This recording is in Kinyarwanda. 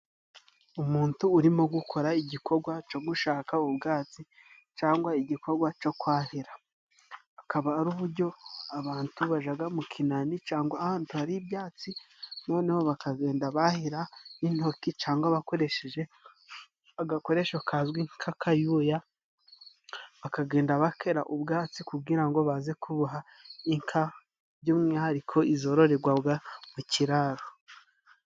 Umuntu urimo gukora igikorwa co gushaka ubwatsi, cangwa igikorwa co kwahira. Akaba ari uburyo abantu bajaga mu kinani cangwa ahantu hari ibyatsi, noneho bakagenda bahira n’intoki cangwa bakoresheje agakoresho kazwi nk’akayuya, bakagenda bakera ubwatsi kugira ngo baze kuha inka, by’umwihariko izororerwaga mu kiraro.